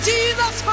Jesus